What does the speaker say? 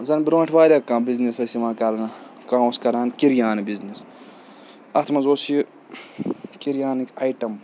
زَن برونٛٹھ واریاہ کانٛہہ بِزنِس ٲسۍ یِوان کَرنہٕ کانٛہہ اوس کَران کِریانہٕ بِزنِس اَتھ منٛز اوس یہِ کِریانٕکۍ آیٹَم